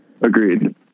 Agreed